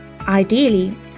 Ideally